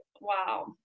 wow